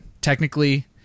Technically